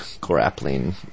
grappling